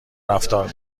رفتار